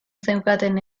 zeukaten